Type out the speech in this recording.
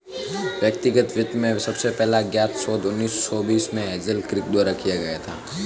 व्यक्तिगत वित्त में सबसे पहला ज्ञात शोध उन्नीस सौ बीस में हेज़ल किर्क द्वारा किया गया था